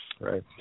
Right